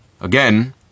again